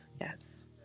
Yes